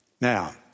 Now